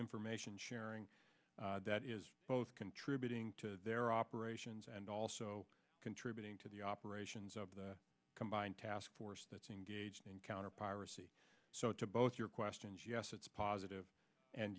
information sharing that is both contributing to their operations and also contributing to the operations of the combined task force that's engaged in counter piracy so to both your questions yes it's positive and